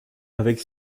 avec